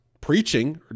preaching